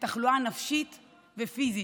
לתחלואה נפשית ופיזית.